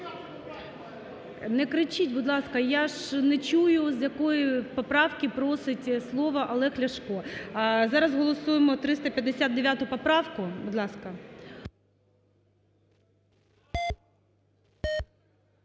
Не кричить, будь ласка. Я ж не чую, з якої поправки просить слово Олег Ляшко. Зараз голосуємо 359 поправку, будь ласка.